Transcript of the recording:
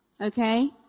Okay